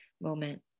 moment